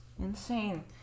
Insane